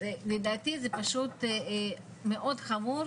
לדעתי זה פשוט מאוד חמור,